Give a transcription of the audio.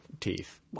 teeth